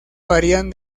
varían